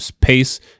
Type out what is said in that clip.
pace